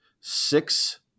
six